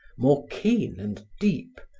more keen and deep,